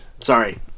Sorry